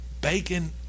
bacon